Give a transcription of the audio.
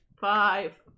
five